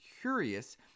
curious